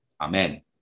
Amen